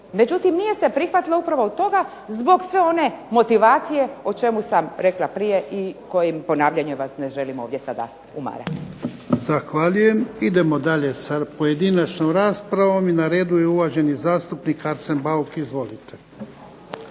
Međutim, nije se prihvatilo upravo od toga zbog sve one motivacije o čemu sam rekla prije i kojim ponavljanjem vas ne želim ovdje sada umarati. **Jarnjak, Ivan (HDZ)** Zahvaljujem. Idemo dalje sa pojedinačnom raspravom i na redu je uvaženi zastupnik Arsen Bauk. Izvolite.